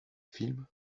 film